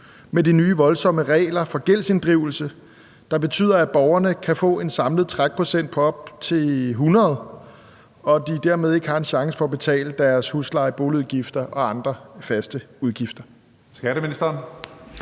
med de nye voldsomme regler for gældsinddrivelse, der betyder, at borgerne kan få en samlet trækprocent på op mod 100 pct. og de dermed ikke har en chance for at betale deres husleje, boligudgifter og andre faste udgifter? Kl.